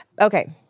Okay